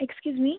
excuse me